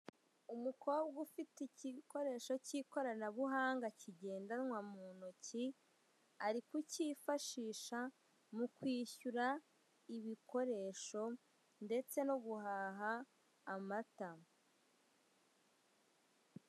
Umukobwa ufite ibikoresho cy'ikoranabuhanga kigendwana mu ntoki, ari kukifashisha mu kwishyura ibikoresho ndetse no guhaha amata.